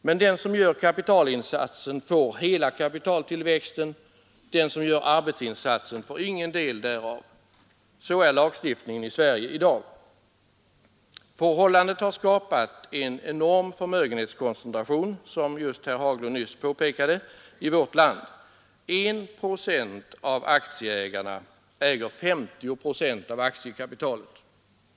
Men den som gör kapitalinsatsen får hela kapitaltillväxten, den som gör arbetsinsatsen får ingen del därav. Så är lagstiftningen i Sverige i dag. Förhållandet har skapat en enorm förmögenhetskoncentration i vårt land, vilket herr Haglund nyss påpekade. En procent av aktieägarna äger 50 procent av aktiekapitalet.